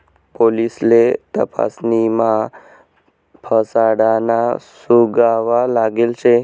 पोलिससले तपासणीमा फसाडाना सुगावा लागेल शे